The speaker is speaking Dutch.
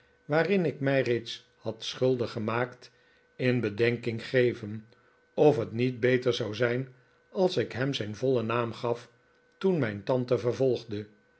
waaraan ik mij reeds had schuldig gemaakt in bedenking geven of het niet beter zou zijn als ik hem zijn vollen naam gaf toen mijn tante vervolgde